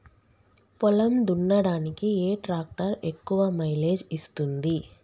పొలం దున్నడానికి ఏ ట్రాక్టర్ ఎక్కువ మైలేజ్ ఇస్తుంది?